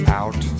out